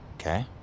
okay